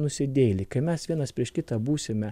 nusidėjėliai kai mes vienas prieš kitą būsime